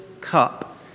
cup